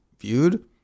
viewed